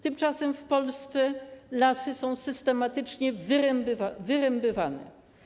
Tymczasem w Polsce lasy są systematycznie wyrębywane.